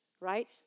right